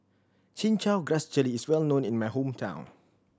Chin Chow Grass Jelly is well known in my hometown